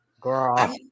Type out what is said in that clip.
girl